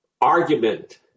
argument